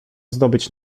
zdobyć